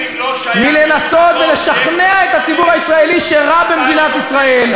מלנסות ולשכנע את הציבור הישראלי שרע במדינת ישראל,